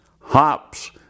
hops